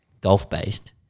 golf-based